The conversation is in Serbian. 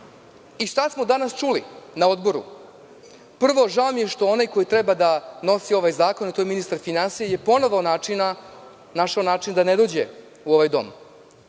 smo danas čuli na odboru? Prvo, žao mi je što onaj koji treba da nosi ovaj zakon, a to je ministar finansija, je ponovo našao način da ne dođe u ovaj dom.